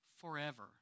forever